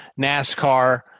NASCAR